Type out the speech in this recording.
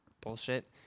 bullshit